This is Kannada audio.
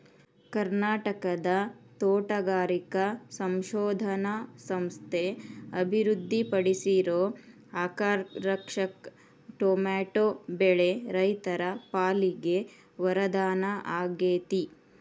ಕರ್ನಾಟಕದ ತೋಟಗಾರಿಕಾ ಸಂಶೋಧನಾ ಸಂಸ್ಥೆ ಅಭಿವೃದ್ಧಿಪಡಿಸಿರೋ ಅರ್ಕಾರಕ್ಷಕ್ ಟೊಮೆಟೊ ಬೆಳೆ ರೈತರ ಪಾಲಿಗೆ ವರದಾನ ಆಗೇತಿ